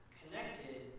connected